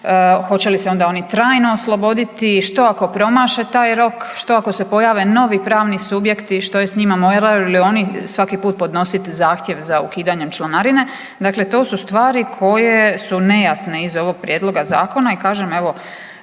Hoće li se onda oni trajno osloboditi? Što ako promaše taj rok? Što ako se pojave novi pravni subjekti što je s njima, moraju li oni svaki put podnosit zahtjev za ukidanjem članarine? Dakle, to su stvari koje su nejasne iz ovog prijedloga zakona i kažem evo